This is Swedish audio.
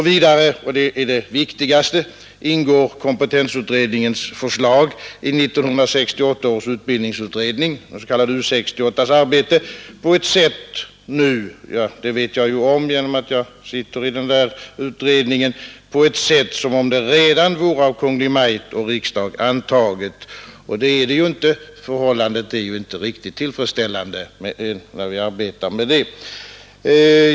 Vidare, och det är det viktigaste, ingår kompetensutredningens förslag i 1968 års utbildningsutrednings arbete på det sättet — det vet jag, eftersom jag är med i denna utredning — som om förslaget redan vore av Kungl. Maj:t och riksdagen antaget. Förhållandet är inte riktigt tillfredsställande, när vi arbetar så.